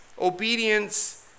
obedience